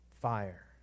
Fire